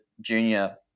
junior